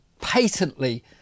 patently